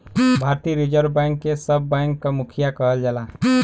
भारतीय reserve bank के सब बैंक क मुखिया कहल जाला